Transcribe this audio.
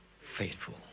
faithful